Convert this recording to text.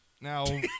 Now